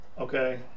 okay